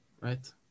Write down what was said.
right